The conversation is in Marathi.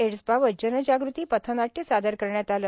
एड्सबाबत जनजागृती पथनाट्य सादर करण्यात आलं